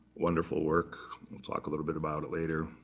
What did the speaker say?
wonderful work we'll talk a little bit about it later.